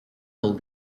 del